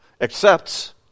accepts